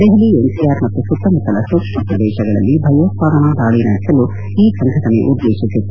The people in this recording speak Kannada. ದೆಹಲಿ ಎನ್ಸಿಆರ್ ಮತ್ತು ಸುತ್ತಮುತ್ತಲ ಸೂಕ್ಷ್ಮ ಪ್ರದೇಶಗಳಲ್ಲಿ ಭಯೋತ್ಪಾದನಾ ದಾಳಿ ನಡೆಸಲು ಈ ಸಂಘಟನೆ ಉದ್ದೇಶಿಸಿತ್ತು